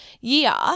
year